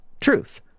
truth